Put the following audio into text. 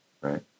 right